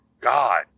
God